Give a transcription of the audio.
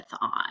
on